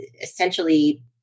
essentially